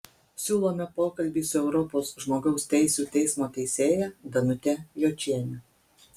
siūlome pokalbį su europos žmogaus teisių teismo teisėja danute jočiene